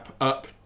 up